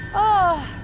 oh.